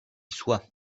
soit